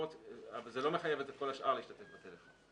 אבל זה לא מחייב את כל השאר להשתתף בטלפון.